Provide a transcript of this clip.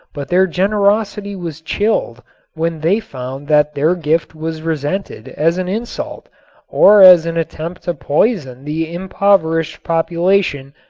but their generosity was chilled when they found that their gift was resented as an insult or as an attempt to poison the impoverished population,